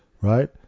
right